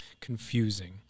confusing